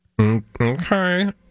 Okay